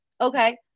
Okay